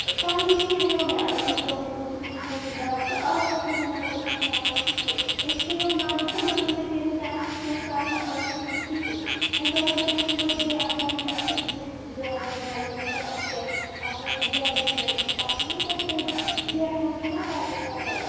تَمہِ وِزِ کھٮ۪وو مےٚ أکِس دۄن دۄہَن اوسُکھ مےٚ تھوٚومُت دوا تہٕ اَز چھَس نہٕ بہٕ مگر وۅنۍ کھٮ۪وان سُہ کیٚنٛہہ مےٚ کھٮ۪ویو منٛزٕ سُہ مگر مےٚ گٔے نہٕ تَمہِ سۭتۍ کیٚنٛہہ فرقا باسیٚے نہٕ مےٚ کِہیٖنٛۍ وۅنۍ دوٚپ مےٚ بہٕ ہٮ۪مہٕ توتہِ ایپواینٛٹمٮ۪نٛٹ تہٕ بہٕ وُچھٕ بہٕ دھیٛاوٕناو نظرخبر اَتھ کیٛاہ اتھ ما چھِ زیادٕ کیٚنٛہہ پٮ۪ٹھٕ چھُنہٕ حظ اَتھ زیٹھان چھُنہٕ پَتہٕ تَوَے